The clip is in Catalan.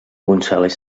gonzález